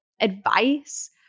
advice